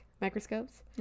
microscopes